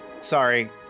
Sorry